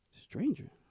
Stranger